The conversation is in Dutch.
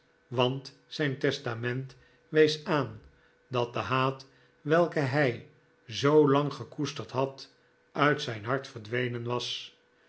want zijn testament wees aan dat de haat welken hij zoo lang gekoesterd had uit zijn hart verdwenen was